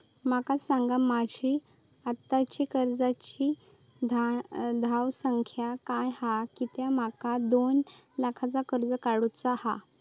माका सांगा माझी आत्ताची कर्जाची धावसंख्या काय हा कित्या माका दोन लाखाचा कर्ज काढू चा हा?